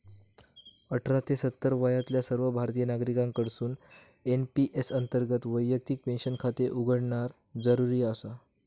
अठरा ते सत्तर वयातल्या सर्व भारतीय नागरिकांकडसून एन.पी.एस अंतर्गत वैयक्तिक पेन्शन खाते उघडणा जरुरी आसा